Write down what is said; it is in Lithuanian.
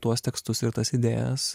tuos tekstus ir tas idėjas